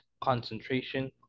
concentration